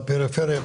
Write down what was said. בפריפריה,